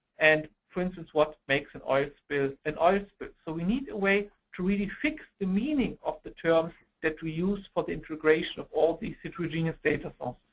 and, for instance, what makes an oil spill an oil spill. so we need a way to really fix the meaning of the terms that we use for the integration of all these heterogeneous data forms.